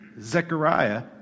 Zechariah